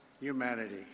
humanity